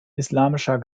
islamischer